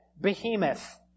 behemoth